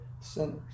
sinners